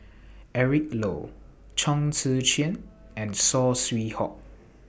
Eric Low Chong Tze Chien and Saw Swee Hock